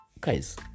Guys